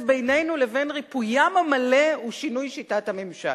בינינו לבין ריפוים המלא הוא שינוי שיטת הממשל.